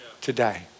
today